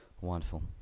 Wonderful